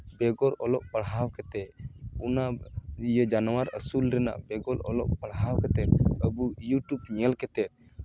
ᱵᱮᱜᱚᱨ ᱚᱞᱚᱜ ᱯᱟᱲᱦᱟᱣ ᱠᱟᱛᱮᱫ ᱚᱱᱟ ᱡᱟᱱᱣᱟᱨ ᱟᱹᱥᱩᱞ ᱨᱮᱱᱟᱜ ᱵᱮᱜᱚᱨ ᱚᱞᱚᱜ ᱯᱟᱲᱦᱟᱣ ᱠᱟᱛᱮᱫ ᱟᱵᱚ ᱤᱭᱩᱴᱩᱵᱽ ᱧᱮᱞ ᱠᱟᱛᱮᱫ